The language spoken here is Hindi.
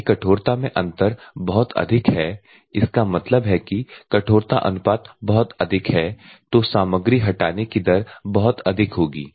यदि कठोरता में अंतर बहुत अधिक है इसका मतलब है कि कठोरता अनुपात बहुत अधिक है तो सामग्री हटाने की दर बहुत अधिक होगी